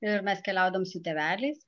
ir mes keliaudavom su tėveliais